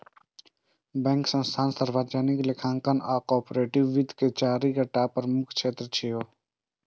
bank, संस्थान, सार्वजनिक लेखांकन आ कॉरपोरेट वित्त के चारि टा प्रमुख क्षेत्र छियै